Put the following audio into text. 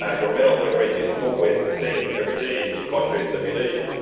ah your metabolic rate isn't always the same every day. it fluctuates every day.